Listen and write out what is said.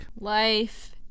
life